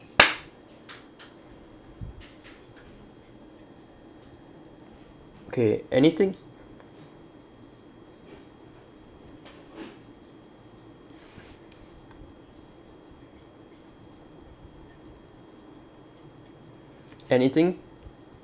okay anything anything